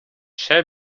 shall